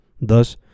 Thus